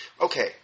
Okay